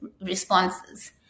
responses